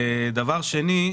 דבר שני,